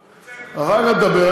אחר כך נדבר.